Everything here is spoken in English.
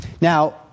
Now